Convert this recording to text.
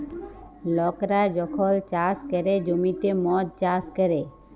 লকরা যখল চাষ ক্যরে জ্যমিতে মদ চাষ ক্যরে